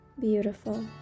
Beautiful